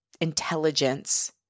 intelligence